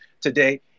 today